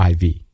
IV